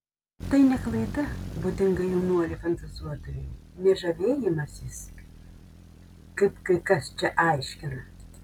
tai ne klaida būdinga jaunuoliui fantazuotojui ne žavėjimasis kaip kai kas čia aiškina